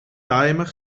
timer